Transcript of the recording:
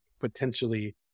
potentially